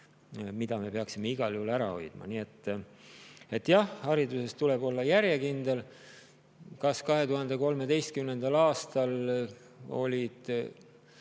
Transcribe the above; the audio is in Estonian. Seda me peaksime igal juhul ära hoidma. Nii et jah, hariduses tuleb olla järjekindel. Kas 2013. aastal olid